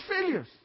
failures